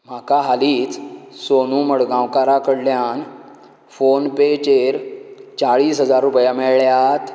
म्हाका हालींच सोनू मडगांवकारा कडल्यान फोन पेयचेर चाळीस हजार रुपया मेळ्ळ्यात